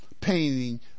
painting